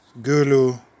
Gulu